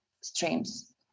streams